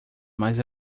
mais